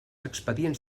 expedients